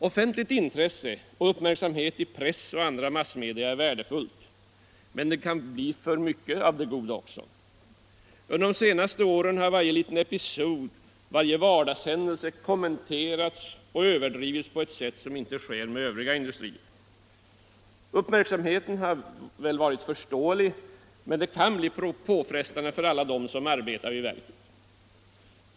Offentligt intresse och uppmärksamhet i press och andra massmedia är värdefulla, men det kan bli för mycket av det goda också. Under de senaste åren har varje liten episod, varje vardagshändelse kommenterats och överdrivits på ett sätt som inte tillämpas när det gäller övriga industrier. Uppmärksamheten har varit förståelig, men den kan bli påfrestande för alla som arbetar vid verket.